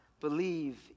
believe